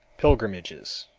pilgrimages